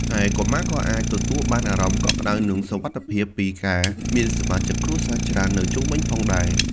ឯ កុមារក៏អាចទទួលបានអារម្មណ៍កក់ក្តៅ និងសុវត្ថិភាពពីការមានសមាជិកគ្រួសារច្រើននៅជុំវិញផងដែរ។